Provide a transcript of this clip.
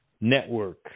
Network